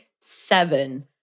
seven